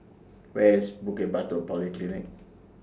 Where IS Bukit Batok Polyclinic